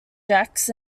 jacks